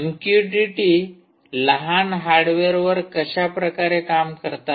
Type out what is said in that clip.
MQTT लहान hardware वर कशाप्रकारे काम करतात